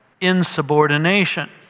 insubordination